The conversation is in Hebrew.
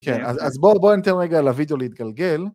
כן, אז בואו נתן רגע לוידאו להתגלגל.